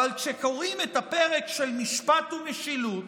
אבל כשקוראים את הפרק של משפט ומשילות,